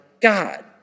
God